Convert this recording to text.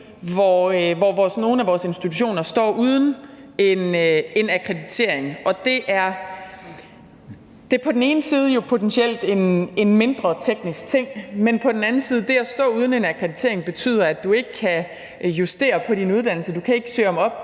hvor nogle af vores institutioner står uden en akkreditering. Det er jo på den ene side potentielt en mindre teknisk ting, men på den anden side betyder det at stå uden en akkreditering, at du ikke kan justere på din uddannelse, at du ikke kan søge om oprettelse